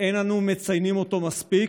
שאין אנו מציינים אותו מספיק